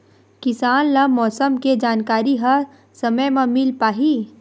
किसान ल मौसम के जानकारी ह समय म मिल पाही?